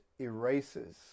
erases